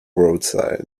roadside